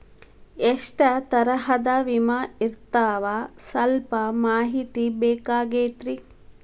ಎಷ್ಟ ತರಹದ ವಿಮಾ ಇರ್ತಾವ ಸಲ್ಪ ಮಾಹಿತಿ ಬೇಕಾಗಿತ್ರಿ